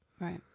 Right